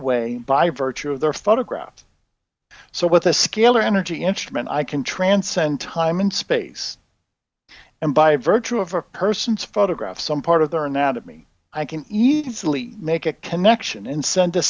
way by virtue of their photographs so with a scalar energy instrument i can transcend time and space and by virtue of a person's photograph some part of their anatomy i can easily make a connection in send a